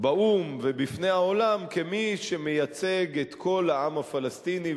באו"ם ובפני העולם כמי שמייצג את כל העם הפלסטיני,